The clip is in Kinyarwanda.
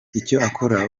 icyakora